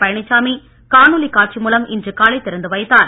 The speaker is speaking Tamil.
பழனிசாமி காணொளி காட்சி மூலம் இன்று காலை திறந்து வைத்தார்